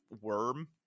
worm